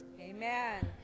Amen